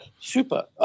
Super